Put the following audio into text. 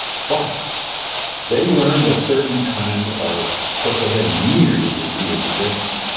but they learned a certain kind. of course, they had years, as you were suggesting,